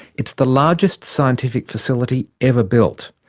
it's the largest scientific facility ever built.